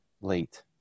late